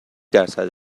درصد